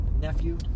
nephew